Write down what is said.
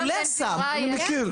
אני מכיר.